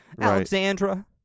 Alexandra